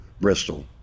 Bristol